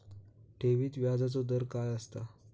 ठेवीत व्याजचो दर काय असता?